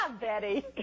Betty